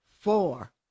four